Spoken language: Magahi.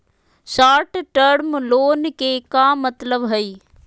शार्ट टर्म लोन के का मतलब हई?